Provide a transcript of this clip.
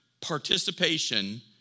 participation